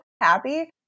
happy